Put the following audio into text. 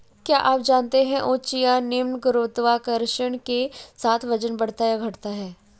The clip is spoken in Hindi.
क्या आप जानते है उच्च या निम्न गुरुत्वाकर्षण के साथ वजन बढ़ता या घटता है?